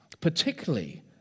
particularly